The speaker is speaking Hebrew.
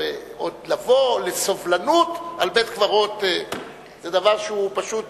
עוד לבוא עם סובלנות על בית-קברות, זה דבר שפשוט